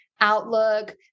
Outlook